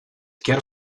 quer